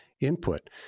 input